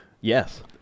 Yes